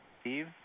Steve